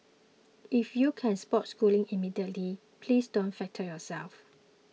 if you can spots Schooling immediately please don't flatter yourself